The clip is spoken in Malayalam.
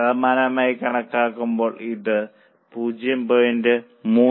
ശതമാനമായി കണക്കാക്കുമ്പോൾ ഇത് 0